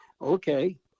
okay